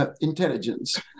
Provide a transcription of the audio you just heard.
intelligence